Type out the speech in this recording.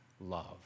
love